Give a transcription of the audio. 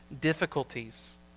difficulties